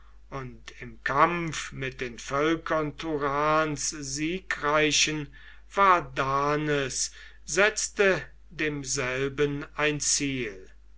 und im kampf mit den völkern turans siegreichen vardanes setzte demselben ein ziel